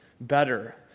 better